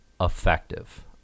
effective